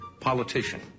politician